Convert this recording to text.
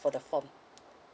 for the form